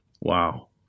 Wow